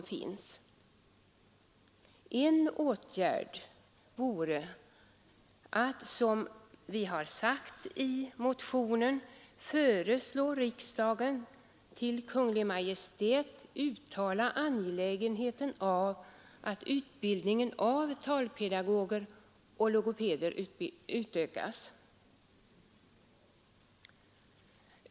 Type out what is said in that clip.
En åtgärd vore att riksdagen, som vi har föreslagit i motionen, skulle hos Kungl. Maj:t uttala angelägenheten av att utbildningen av talpedagoger och logopeder utökas.